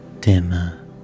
dimmer